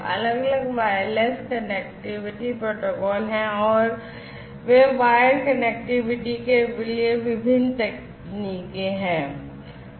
अलग अलग wireless connectivity protocol हैं और वे वायर्ड कनेक्टिविटी के लिए विभिन्न तकनीकें हैं